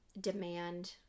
demand